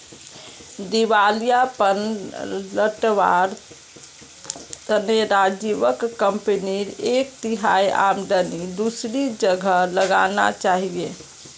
दिवालियापन टलवार तने राजीवक कंपनीर एक तिहाई आमदनी दूसरी जगह लगाना चाहिए